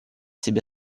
себе